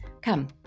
Come